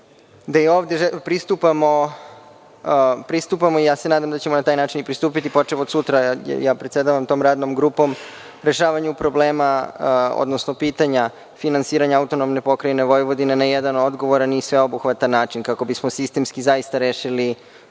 da ovde pristupamo, nadam se da ćemo na taj način pristupiti, počev od sutra, ja predsedavam tom radnom grupom, rešavanju problema, odnosno pitanja finansiranja AP Vojvodine na jedan odgovoran i sveobuhvatan način, kako bismo sistemski rešili